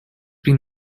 been